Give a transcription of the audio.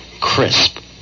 Crisp